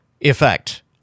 effect